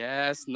Yes